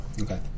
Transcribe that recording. Okay